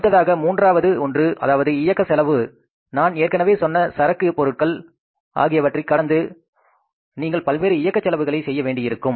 அடுத்ததாக மூன்றாவது ஒன்று அதாவது இயக்க செலவு நான் ஏற்கனவே சொன்ன சரக்கு பொருட்கள் ஆகியவற்றைக் கடந்து நீங்கள் பல்வேறு இயக்க செலவுகளை செய்ய வேண்டியிருக்கும்